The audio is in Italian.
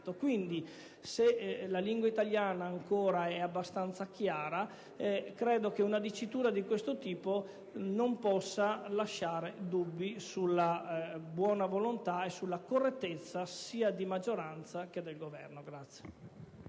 Quindi, se la lingua italiana è ancora abbastanza chiara, credo che una dicitura di questo tipo non possa lasciare dubbi sulla buona volontà e sulla correttezza, sia della maggioranza che del Governo.